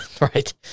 right